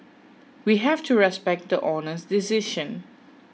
we have to respect the Honour's decision